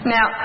Now